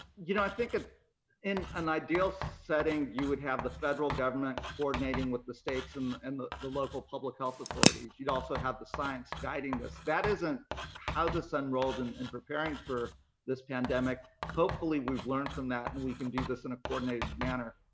you know, i think ah in an ideal setting you would have the federal government coordinating with the states and and the the local public health authorities. you'd also have the science guiding this. that isn't how this unrolled and in preparing for this pandemic. hopefully we've learned from that and we can do this in a coordinated manner.